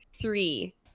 three